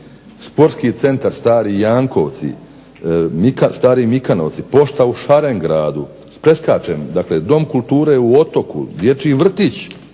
Sportski centar Stari Jankovci, Stari Mikanovci, pošta u Šarengradu, preskačem, dakle Dom kulture u Otoku, dječji vrtić